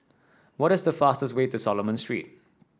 what is the fastest way to Solomon Street